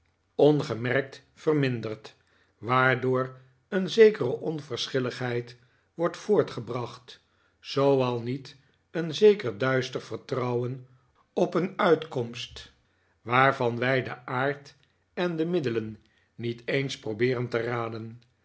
ongemerkt verminderd waardoor een zekere onverschilligheid wordt voortgebracht zoo al niet een zeker duister vertrouwen op een uitkomst waarvan wij den aard en de middelen niet eens probeeren te raden